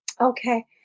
Okay